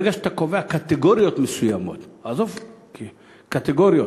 ברגע שאתה קובע קטגוריות מסוימות, קטגוריות